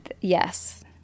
Yes